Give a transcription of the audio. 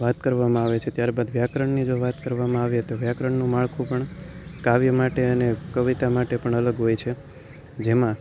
વાત કરવામાં આવે છે ત્યારબાદ વ્યાકરણની જો વાત કરવામાં આવે તો વ્યાકરણનું માળખું પણ કાવ્ય માટે અને કવિતા માટે પણ અલગ હોય છે જેમાં